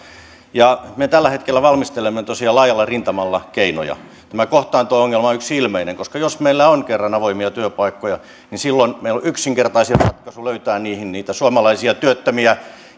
me tällä hetkellä valmistelemme tosiaan laajalla rintamalla keinoja tämä kohtaanto ongelma on yksi ilmeinen jos meillä on kerran avoimia työpaikkoja niin silloin meillä on yksinkertaisin ratkaisu löytää niihin niitä suomalaisia työttömiä